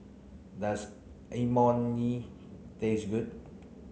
does Imoni taste good